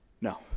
No